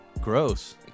Gross